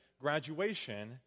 graduation